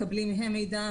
מקבלים מהם מידע,